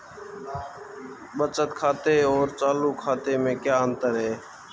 बचत खाते और चालू खाते में क्या अंतर है?